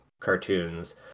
cartoons